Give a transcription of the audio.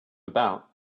about